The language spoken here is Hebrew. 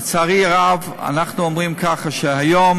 לצערי הרב, אנחנו אומרים ככה, שהיום